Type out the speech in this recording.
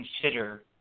consider